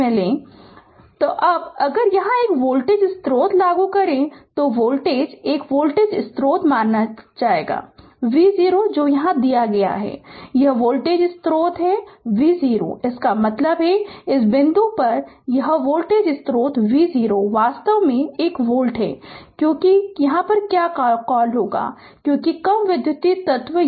Refer Slide Time 0206 अब अगर यहां एक वोल्टेज स्रोत लागू करें तो वोल्टेज 1 वोल्टेज स्रोत मान लीजिए V0दिया गया है और यह वोल्टेज स्रोत यह वोल्टेज स्रोत V0दिया गया है इसका मतलब है इस बिंदु पर यह वोल्टेज स्रोत V0 वास्तव में 1 वोल्ट है क्योंकि - क्या कॉल होगा क्योंकि कम विद्युत तत्व यहां जुड़ते हैं